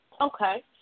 Okay